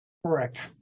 Correct